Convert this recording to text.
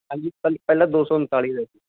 ਹਾਂਜੀ ਪਹਿਲਾਂ ਪਹਿਲਾਂ ਦੋ ਸੌ ਉਨਤਾਲੀ ਦਾ ਜੀ